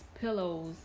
pillows